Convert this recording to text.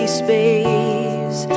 space